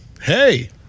Hey